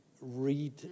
read